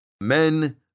Men